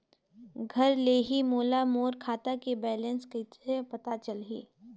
घर ले ही मोला मोर खाता के बैलेंस कइसे पता चलही?